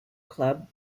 club